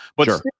Sure